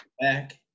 back